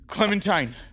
Clementine